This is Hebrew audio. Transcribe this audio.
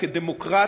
כדמוקרט,